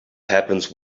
happens